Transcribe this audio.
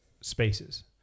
spaces